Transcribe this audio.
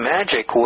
Magic